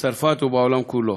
בצרפת ובעולם כולו,